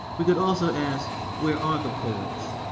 we could also ask, where are the poets?